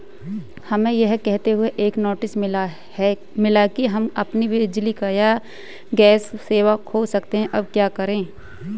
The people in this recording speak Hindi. हमें यह कहते हुए एक नोटिस मिला कि हम अपनी बिजली या गैस सेवा खो सकते हैं अब हम क्या करें?